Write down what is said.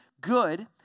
good